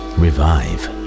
revive